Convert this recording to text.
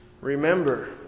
Remember